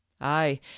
Aye